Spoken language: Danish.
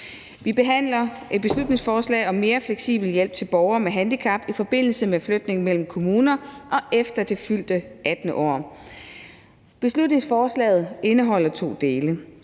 Vi behandler et beslutningsforslag om mere fleksibel hjælp til borgere med handicap i forbindelse med flytning mellem kommuner og efter det fyldte 18. år. Beslutningsforslaget indeholder to dele.